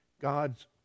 God's